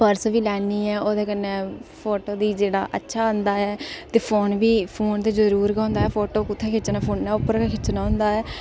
में पर्स बी लेन्नी आं ओह्दे कन्नै फोटो बी जेह्ड़ा अच्छा आंदा ऐ ते फोन बी फोन ते जरूर गै होंदा ऐ फोटो कुत्थै खिच्चना फोनै उप्पर गै खिचना होंदा ऐ